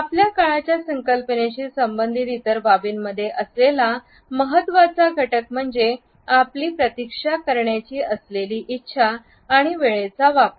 आपल्या काळाच्या संकल्पनेशी संबंधित इतर बाबींमध्ये असलेला महत्त्वाचा घटक म्हणजे आपली प्रतिक्षा करण्याची असलेली इच्छा आणि वेळेचा वापर